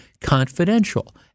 confidential